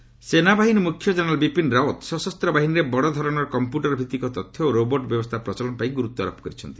army chief ସେନାବାହିନୀ ମୁଖ୍ୟ general Bipin Rawat ସଶସ୍ତ ବାହିନୀରେ ବଡ଼ଧରଣର କମ୍ପ୍ୟୁଟର ଭିତ୍ତିକ ତଥ୍ୟ ଓ ରୋବର୍ଟ ବ୍ୟବସ୍ଥା ପ୍ରଚଳନ ପାଇଁ ଗୁରୁତ୍ୱାରୋପ କରିଛନ୍ତି